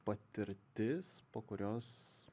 patirtis po kurios